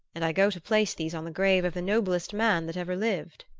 and i go to place these on the grave of the noblest man that ever lived.